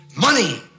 money